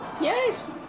Yes